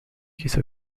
quiso